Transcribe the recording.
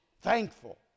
thankful